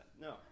No